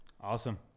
Awesome